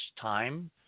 Time